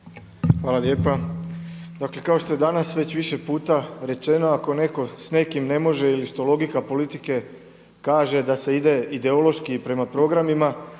hvala lijepa. Dakle kao što je danas već više puta rečeno, ako neko s nekim ne može ili što logika politike kaže da se ide ideološki prema programima,